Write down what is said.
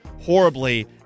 horribly